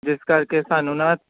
ਇਸ ਕਰਕੇ ਸਾਨੂੰ ਨਾ